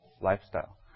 lifestyle